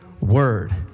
word